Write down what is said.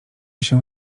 się